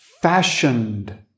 Fashioned